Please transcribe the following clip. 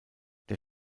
der